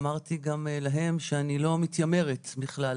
אמרתי גם להם שאני לא מתיימרת בכלל